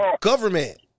Government